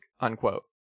unquote